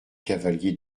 cavaliers